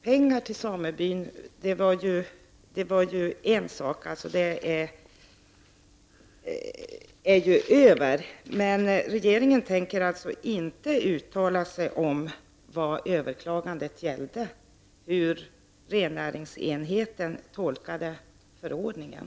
Herr talman! Pengarna till samebyn det var ju en sak och det är över nu. Men regeringen tänker alltså inte uttala sig om det som överklagandet gällde, nämligen hur rennäringsenheten tolkade förordningen?